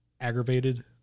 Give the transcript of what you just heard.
aggravated